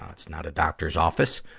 ah it's not a doctor's office.